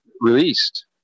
released